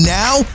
now